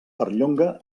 perllonga